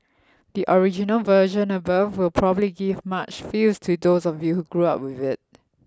the original version above will probably give much feels to those of you who grow up with it